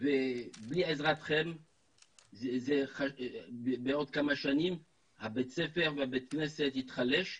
ובלי עזרתכם בעוד כמה שנים בית הספר ובית הכנסת ייחלשו,